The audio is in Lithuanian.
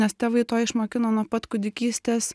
nes tėvai to išmokino nuo pat kūdikystės